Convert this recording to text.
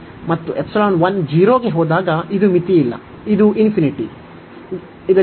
ಮತ್ತು ϵ 1 0 ಗೆ ಹೋದಾಗ ಇದು ಮಿತಿಯಿಲ್ಲ ಇದು ಗೆ ಹೋಗುತ್ತದೆ